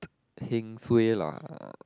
heng suay lah